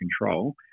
control